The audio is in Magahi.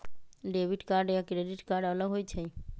डेबिट कार्ड या क्रेडिट कार्ड अलग होईछ ई?